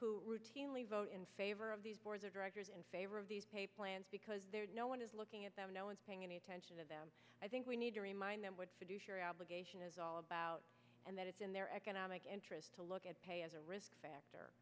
who routinely vote in favor of these boards of directors in favor of these pay plans because no one is looking at them no one's paying any attention to them i think we need to remind them what fiduciary obligation is all about and that it's in their economic interest to look at pay as a risk factor